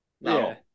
No